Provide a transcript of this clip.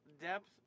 depth